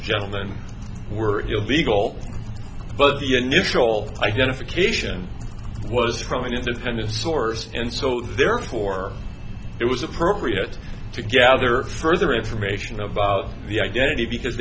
gentleman were illegal but the initial identification was from an independent source and so therefore it was appropriate to gather further information about the identity because